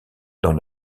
dans